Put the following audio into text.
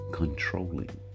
controlling